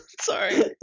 sorry